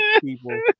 people